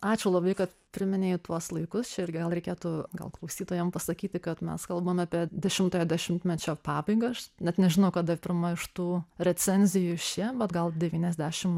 ačiū labai kad priminei tuos laikus čia irgi vėl reikėtų gal klausytojams pasakyti kad mes kalbam apie dešimtojo dešimtmečio pabaigą aš net nežino kada pirma iš tų recenzijų šiemet gal devyniasdešim